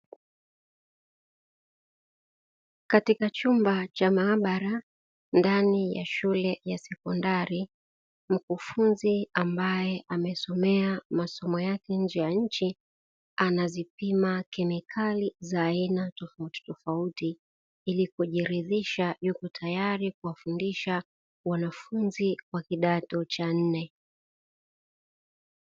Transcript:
Katika chumba cha maabara ndani ya shule ya sekondari, mkufunzi ambaye amesomea masomo yake nje ya nchi, anazipima kemikali za aina tofauti tofauti, ili kujiridhisha yupo tayari kuwafundisha wanafunzi wa kidato cha nne.